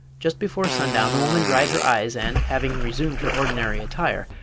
just before sundown the woman dried her eyes and, having resumed her ordinary attire,